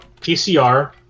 PCR